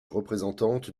représentante